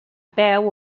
peu